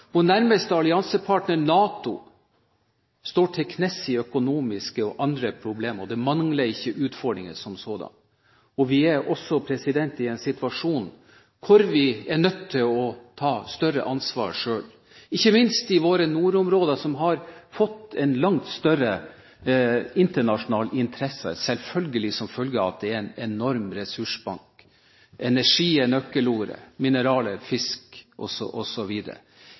hvor vi er nødt til å ta større ansvar selv, ikke minst i våre nordområder, som har fått en langt større internasjonal interesse, selvfølgelig som følge av at det er en enorm ressursbank. Energi, mineraler og fisk osv. er nøkkelord. Vi ser at uavklarte grenser og et mer selvbevisst Russland gjør at vi er nødt til å navigere mer i egen regi, hvor vi ikke lenger kan lene oss så